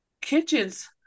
Kitchens